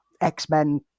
X-Men